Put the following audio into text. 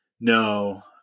no